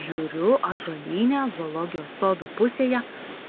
žiūriu ąžuolyne zoologijos sodo pusėje